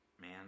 man